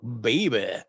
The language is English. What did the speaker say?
baby